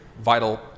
vital